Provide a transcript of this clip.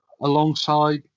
alongside